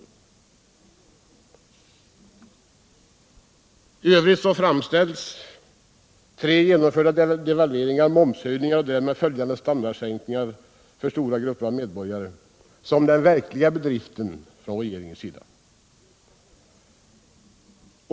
I övrigt framställs tre genomförda devalveringar, momshöjning och därmed följande standardsänkningar för stora grupper medborgare som verkliga bedrifter från regeringens sida.